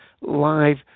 live